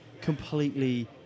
completely